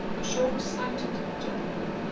a short-sighted gentleman.